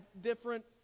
different